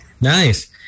Nice